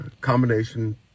combination